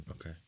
Okay